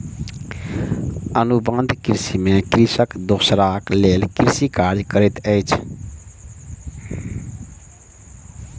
अनुबंध कृषि में कृषक दोसराक लेल कृषि कार्य करैत अछि